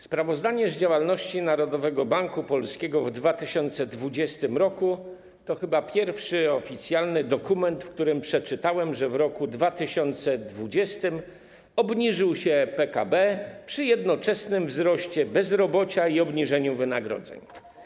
Sprawozdanie z działalności Narodowego Banku Polskiego w 2020 r. to chyba pierwszy oficjalny dokument, w którym przeczytałem, że w roku 2020 obniżył się PKB przy jednoczesnym wzroście bezrobocia i obniżeniu wynagrodzeń.